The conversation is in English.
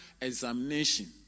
examination